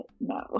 No